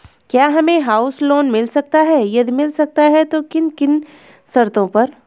क्या हमें house loan मिल सकता है यदि मिल सकता है तो किन किन शर्तों पर?